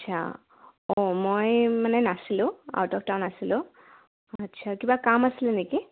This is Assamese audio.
আচ্ছা অঁ মই মানে নাছিলোঁ আউট অফ টাউন আছিলোঁ আচ্ছা কিবা কাম আছিলে নেকি